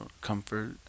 comfort